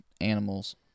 animals